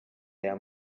aya